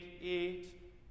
eat